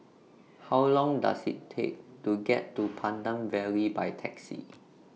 How Long Does IT Take to get to Pandan Valley By Taxi